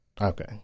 Okay